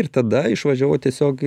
ir tada išvažiavau tiesiog